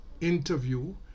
interview